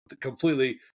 completely